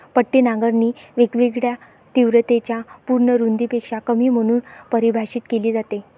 पट्टी नांगरणी वेगवेगळ्या तीव्रतेच्या पूर्ण रुंदीपेक्षा कमी म्हणून परिभाषित केली जाते